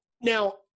Now